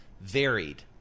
varied